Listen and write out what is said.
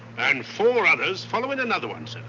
and four others follow in another one, sir.